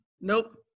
nope